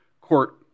court